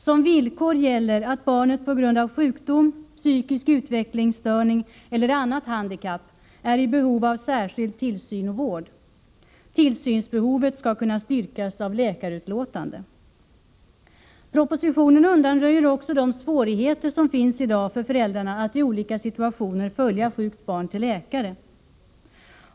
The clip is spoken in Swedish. Som villkor gäller att barnet på grund av sjukdom, psykisk utvecklingsstörning eller annat handikapp är i behov av särskild tillsyn och vård. Tillsynsbehovet skall kunna styrkas av läkarutlåtande. Propositionen undanröjer också de svårigheter som i dag finns för föräldrarna att i olika situationer följa med sjukt barn till läkare.